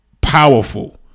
powerful